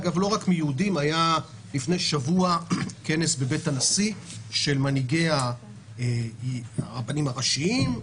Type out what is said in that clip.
לפני שבוע היה כנס בבית הנשיא של מנהיגי הרבנים הראשיים,